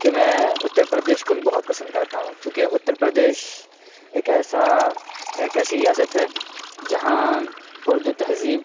کہ میں اتّر پردیس کو بھی بہت پسند کرتا ہوں چونکہ اتّر پردیس ایک ایسا ایک ایسی ریاست ہے جہاں اردو تہذیب